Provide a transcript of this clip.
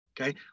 Okay